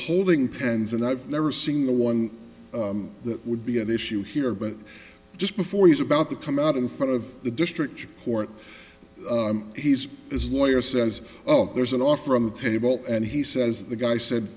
holding pens and i've never seen the one that would be at issue here but just before he's about to come out in front of the district court he's his lawyer says oh there's an offer on the table and he says the guy said